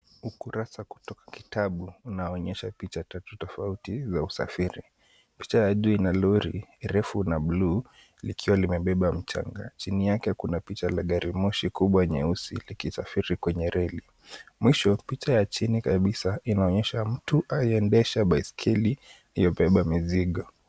Ukurasa kutoka kitabu unaonyesha picha tatu tofauti za usafiri. Picha ya juu ina lori refu la buluu likiwa limebeba mchanga. Chini yake kuna picha la gari moshi kubwa nyeusi likisafiri kwenye reli. Mwisho picha ya chini kabisa inaonyesha mtu akiendesha baiskeli iliyobeba mizigo.